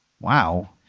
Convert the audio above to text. wow